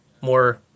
more